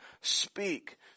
speak